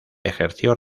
ejerció